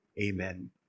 Amen